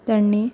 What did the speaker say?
त्यांनी